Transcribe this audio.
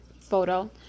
photo